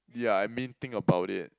ya I mean think about it